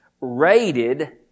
rated